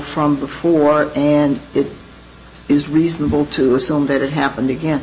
from before and it is reasonable to assume that it happened again